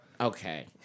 Okay